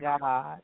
God